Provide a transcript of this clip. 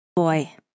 Boy